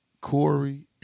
Corey